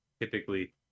typically